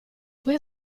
puoi